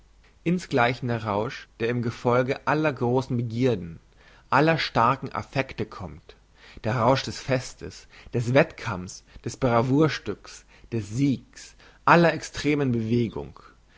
insgleichen der rausch der im gefolge aller grossen begierden aller starken affekte kommt der rausch des festes des wettkampfs des bravourstücks des siegs aller extremen bewegung